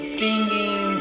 singing